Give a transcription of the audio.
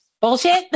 Bullshit